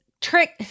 Trick